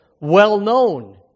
well-known